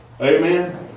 Amen